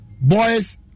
Boys